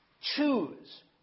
choose